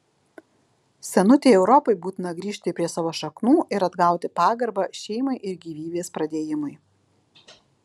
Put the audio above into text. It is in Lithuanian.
senutei europai būtina grįžti prie savo šaknų ir atgauti pagarbą šeimai ir gyvybės pradėjimui